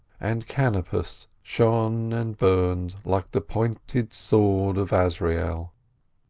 and canopus shone and burned like the pointed sword of azrael.